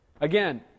Again